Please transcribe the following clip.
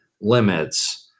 limits